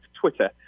Twitter